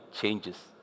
changes